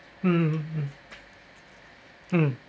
mm mm mm